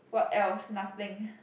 what else nothing